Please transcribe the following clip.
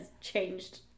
changed